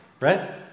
right